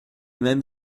même